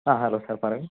ആ hello sir പറയു